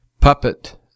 puppet